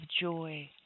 joy